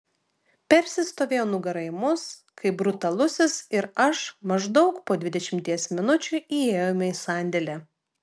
persis stovėjo nugara į mus kai brutalusis ir aš maždaug po dvidešimties minučių įėjome į sandėlį